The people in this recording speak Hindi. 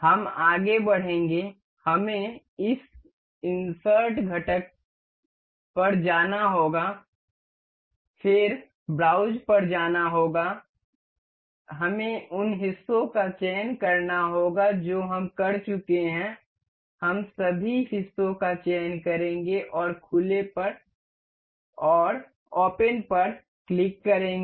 हम आगे बढ़ेंगे हमें इस इंसर्ट घटक पर जाना होगा फिर ब्राउज पर जाना होगा हमें उन हिस्सों का चयन करना होगा जो हम कर चुके हैं हम सभी हिस्सों का चयन करेंगे और खुले पर क्लिक करेंगे